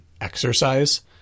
exercise